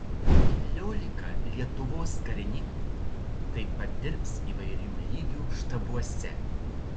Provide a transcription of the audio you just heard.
keliolika lietuvos karininkų taip pat dirbs įvairių lygių štabuose